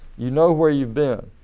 you know where you've been.